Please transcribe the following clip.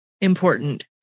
Important